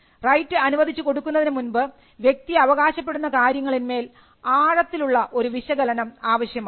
right അനുവദിച്ചു കൊടുക്കുന്നതിനു മുൻപ് വ്യക്തി അവകാശപ്പെടുന്ന കാര്യങ്ങളിൽ മേൽ ആഴത്തിലുള്ള ഒരു വിശകലനം ആവശ്യമാണ്